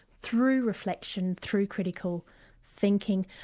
through reflection, through critical thinking.